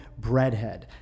Breadhead